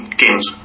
games